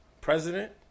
president